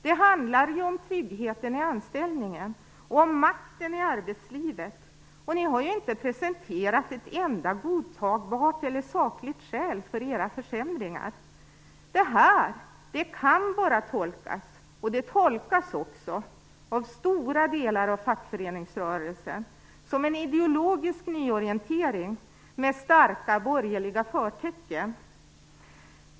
Det handlar ju om tryggheten i anställningen och om makten i arbetslivet. Socialdemokraterna har ju inte presenterat ett enda godtagbart eller sakligt skäl för sina försämringar. Det här kan bara tolkas - och det tolkas också av stora delar av fackföreningsrörelsen - som en ideologisk nyorientering med starka borgerliga förtecken.